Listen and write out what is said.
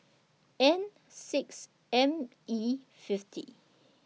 N six M E fifty